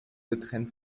getrennt